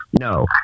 No